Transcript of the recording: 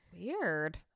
Weird